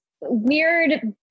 weird